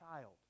child